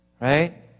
Right